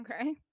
Okay